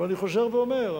אבל אני חוזר ואומר,